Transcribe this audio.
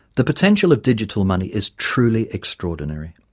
the potential of digital money is truly extraordinary.